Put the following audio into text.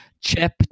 chip